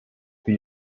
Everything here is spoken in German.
für